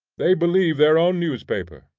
they believe their own newspaper,